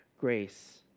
grace